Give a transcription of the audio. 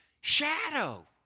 shadow